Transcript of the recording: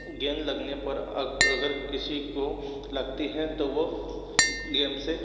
गेंद लगने पर अग अगर किसी को लगती हैं तो वो गेम से